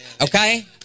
okay